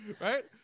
Right